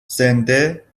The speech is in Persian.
زنده